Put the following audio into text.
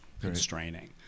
constraining